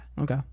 okay